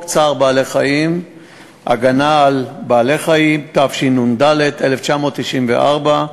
צער בעלי-חיים (הגנה על בעלי-חיים) התשנ"ד 1994,